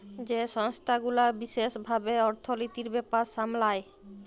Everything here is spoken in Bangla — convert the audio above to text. যেই সংস্থা গুলা বিশেস ভাবে অর্থলিতির ব্যাপার সামলায়